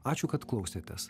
ačiū kad klausėtės